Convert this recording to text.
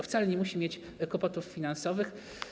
Wcale nie musi mieć kłopotów finansowych.